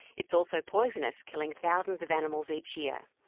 it's also poisonous, killing thousands of animals each year.